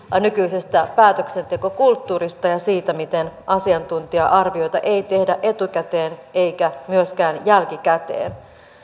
nykyisestä päätöksentekokulttuurista ja siitä miten asiantuntija arvioita ei tehdä etukäteen eikä myöskään jälkikäteen